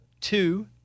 Two